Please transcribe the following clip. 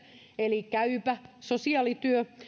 eli käypä sosiaalityö